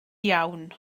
iawn